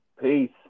Peace